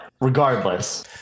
regardless